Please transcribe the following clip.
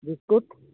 biscuit